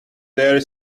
their